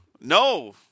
No